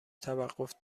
توقف